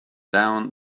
down